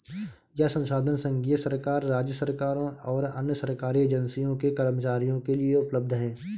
यह संसाधन संघीय सरकार, राज्य सरकारों और अन्य सरकारी एजेंसियों के कर्मचारियों के लिए उपलब्ध है